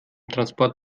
transport